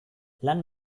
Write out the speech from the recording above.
lan